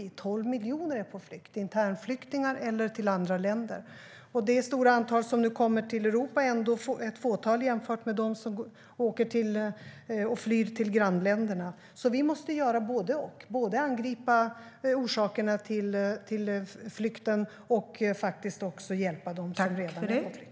Det är 12 miljoner som är på flykt, antingen som internflyktingar eller i andra länder. Det stora antal som nu kommer till Europa är ändå ett fåtal jämfört med dem som flyr till grannländerna, och därför måste vi göra både och. Vi måste både angripa orsakerna till flykten och faktiskt också hjälpa dem som redan är på flykt.